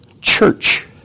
church